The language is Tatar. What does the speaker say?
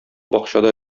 бакчада